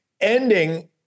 ending